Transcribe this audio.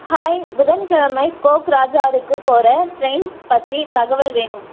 hi புதன் கிழமை கோக்ராஜாருக்கு போகிற ட்ரெயின்ஸ் பற்றி தகவல் வேணும்